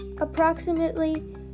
approximately